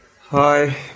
Hi